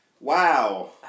Wow